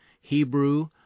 Hebrew